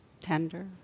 tender